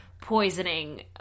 Poisoning